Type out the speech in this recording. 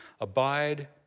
Abide